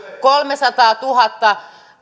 kolmesataatuhatta